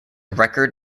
record